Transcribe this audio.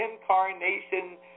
incarnation